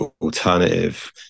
alternative